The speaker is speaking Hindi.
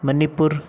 मणिपुर